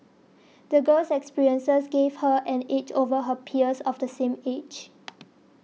the girl's experiences gave her an edge over her peers of the same age